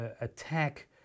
attack